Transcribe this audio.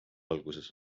alguses